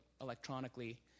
electronically